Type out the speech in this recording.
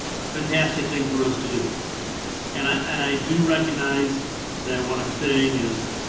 ah. fantastic thing for us to do and i and i do recognize that what i'm saying is.